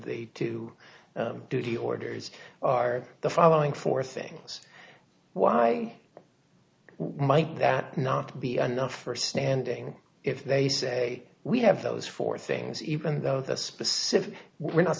the two duty orders are the following four things why might that not be enough for standing if they say we have those four things even though the specific we're